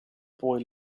boy